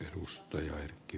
arvoisa puhemies